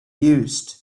used